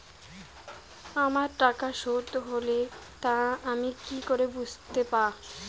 আমার টাকা শোধ হলে তা আমি কি করে বুঝতে পা?